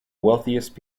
wealthiest